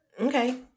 Okay